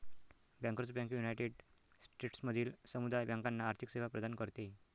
bankers bank United स्टेट्समधील समुदाय बँकांना आर्थिक सेवा प्रदान करते